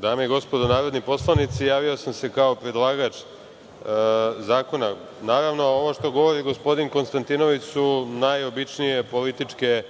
Dame i gospodo narodni poslanici, javio sam se kao predlagač zakona. Naravno, ovo što govori gospodin Konstantinović su najobičnije političke